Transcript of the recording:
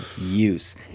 use